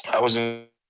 i wasn't in,